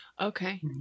Okay